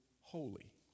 holy